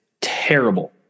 terrible